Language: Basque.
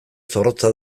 zorrotza